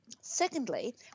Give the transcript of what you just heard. Secondly